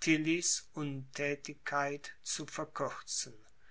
tillys untätigkeit zu verkürzen